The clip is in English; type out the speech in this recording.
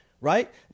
right